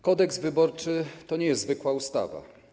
Kodeks wyborczy to nie jest zwykła ustawa.